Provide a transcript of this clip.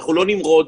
נמרוד,